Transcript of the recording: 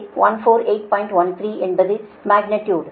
13 என்பது மக்னிடியுடு